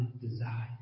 desire